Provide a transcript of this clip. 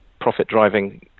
profit-driving